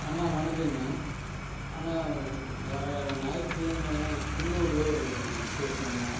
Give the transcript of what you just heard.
அண்ணா வணக்கங்கண்ணா அண்ணா வர ஞாயித்துக்கிழம குன்னூரில் ஒரு விசேஷங்கண்ணா